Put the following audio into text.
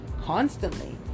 constantly